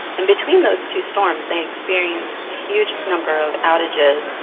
and between those two storms they experienced a huge number of outages,